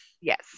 yes